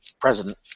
president